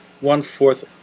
one-fourth